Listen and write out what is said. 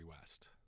West